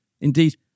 Indeed